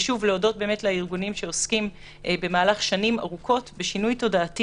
ולהודות לארגונים שעוסקים במהלך שנים ארוכות בשינוי תודעתי